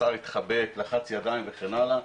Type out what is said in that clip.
השר התחבק, לחץ ידיים וכן הלאה.